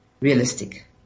realistic